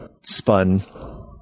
spun